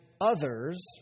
others